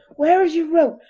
where is your rope?